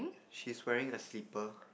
she's wearing a slipper